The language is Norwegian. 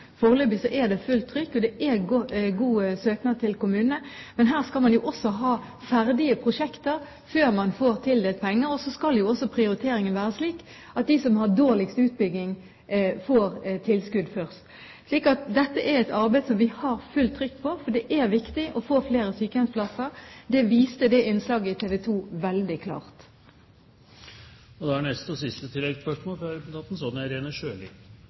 Foreløpig er det fullt trykk, og det er god søknad til kommunene. Men her skal man også ha ferdige prosjekter før man får tildelt penger, og prioriteringen skal være slik at de som har dårligst utbygging, får tilskudd først. Dette er et arbeid som vi har fullt trykk på, for det er viktig å få flere sykehjemsplasser. Det viste innslaget i TV 2 veldig klart. Sonja Irene Sjøli – til oppfølgingsspørsmål. En god legedekning i sykehjem er